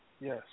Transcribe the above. Yes